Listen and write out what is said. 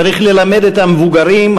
צריך ללמד את המבוגרים,